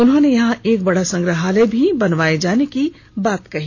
उन्होंने यहां एक बड़ा संग्रहालय भी बनवाए जाने की बात कही